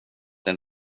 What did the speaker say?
den